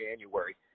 January